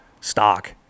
stock